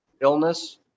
illness